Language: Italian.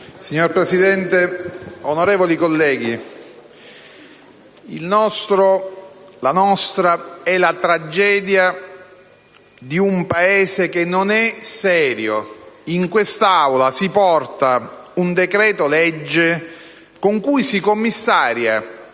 Signor Presidente, onorevoli colleghi, la nostra è la tragedia di un Paese che non è serio: in quest'Aula si presenta un decreto-legge con cui si commissaria